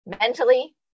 mentally